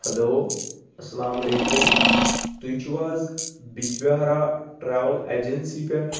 hello اسلامُ علیکُم تُہۍ چھُو حظ بجبِہاراہ ٹرٛوٕل ایجنسی پیٹھ